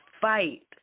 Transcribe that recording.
fight